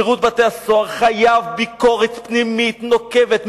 שירות בתי-הסוהר חייב ביקורת פנימית נוקבת.